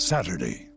Saturday